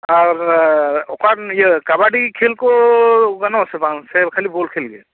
ᱟᱨ ᱚᱠᱟ ᱤᱭᱟᱹ ᱠᱟᱵᱟᱰᱤ ᱠᱷᱮᱞ ᱠᱚ ᱜᱟᱱᱚ ᱟᱥᱮ ᱵᱟᱝ ᱥᱮ ᱠᱷᱟᱹᱞᱤ ᱵᱚᱞᱠᱷᱮᱞ ᱜᱮ